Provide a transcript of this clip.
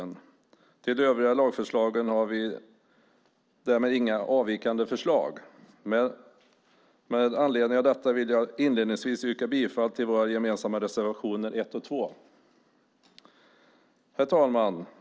När det gäller de övriga lagförslagen har vi däremot inga avvikande förslag. Med anledning av detta vill jag inledningsvis yrka bifall till våra gemensamma reservationer 1 och 2. Herr talman!